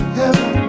heaven